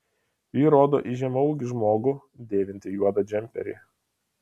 ji rodo į žemaūgį žmogų dėvintį juodą džemperį